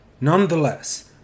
Nonetheless